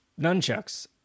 Nunchucks